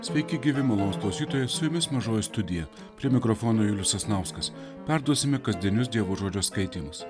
sveiki gyvi malonūs klausytojai su jumis mažoji studija prie mikrofono julius sasnauskas perduosime kasdienius dievo žodžio skaitymus